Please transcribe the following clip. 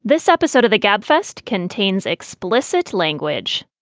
this episode of the gabfest contains explicit language